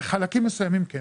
בחלקים מסוימים כן.